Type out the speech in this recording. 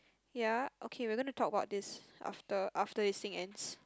ya okay we're gonna talk about this after after this thing ends